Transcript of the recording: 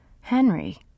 Henry